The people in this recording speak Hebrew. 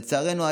לצערנו,